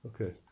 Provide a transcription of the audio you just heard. Okay